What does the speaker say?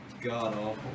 god-awful